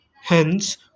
Hence